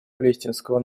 палестинского